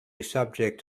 subject